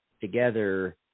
together